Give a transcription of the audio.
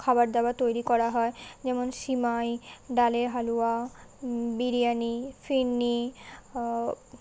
খাবার দাবার তৈরি করা হয় যেমন সিমাই ডালের হালুয়া বিরিয়ানি ফিরনী